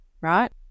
right